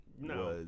No